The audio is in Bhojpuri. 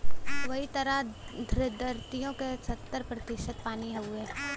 वही तरह द्धरतिओ का सत्तर प्रतिशत पानी हउए